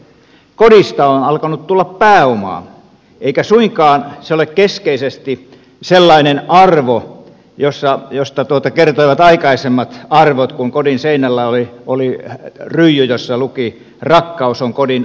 kodista on alkanut tulla pääomaa eikä suinkaan se ole keskeisesti sellainen arvo josta kertoivat aikaisemmat arvot kun kodin seinällä oli ryijy jossa luki rakkaus on kodin onni